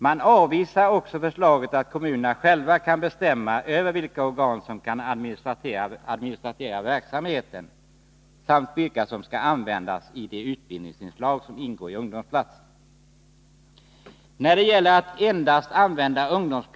Man avvisar också förslaget att kommunerna själva skall kunna bestämma över vilka organ som skall administrera verksamheten samt vilka som skall användas i de utbildningsinslag som ingår i ungdomsplatserna.